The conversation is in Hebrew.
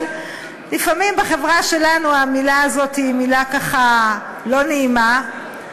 אבל לפעמים בחברה שלנו המילה הזאת היא מילה לא נעימה,